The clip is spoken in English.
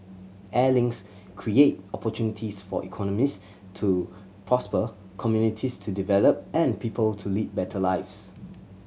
air links create opportunities for economies to prosper communities to develop and people to lead better lives